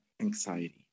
anxiety